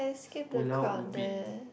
Pulau-Ubin